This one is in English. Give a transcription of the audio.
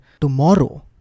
tomorrow